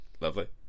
Lovely